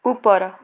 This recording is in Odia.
ଉପର